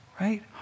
right